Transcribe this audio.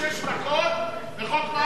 וחוק טל לא היה לך זמן לאשר?